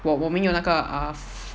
我我们有那个 ah ph~